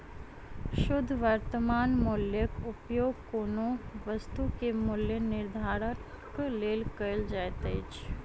शुद्ध वर्त्तमान मूल्यक उपयोग कोनो वस्तु के मूल्य निर्धारणक लेल कयल जाइत अछि